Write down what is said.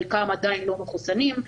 חלקם עדיין לא מחוסנים,